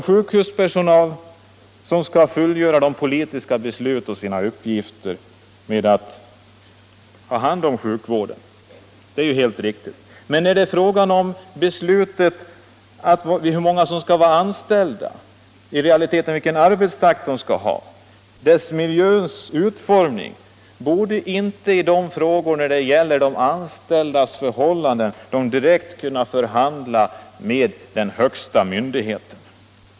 Sjukvårdspersonalen skall följa de politiska besluten och fullgöra sina uppgifter att ta hand om sjuka människor. Det är helt riktigt. Men när det är fråga om hur många som skall vara anställda — i realiteten alltså vilken arbetstakt man skall ha — och arbetsmiljöns utformning, borde inte de anställda då när det gäller deras egna anställningsförhållanden kunna förhandla direkt med den högsta myndigheten?